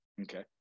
Okay